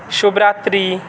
शुभ रात्रि